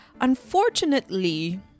Unfortunately